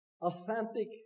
Authentic